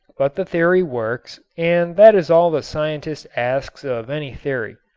but the theory works and that is all the scientist asks of any theory.